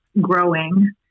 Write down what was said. growing